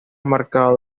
marcado